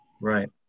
Right